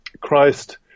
Christ